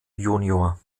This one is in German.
jun